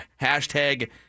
Hashtag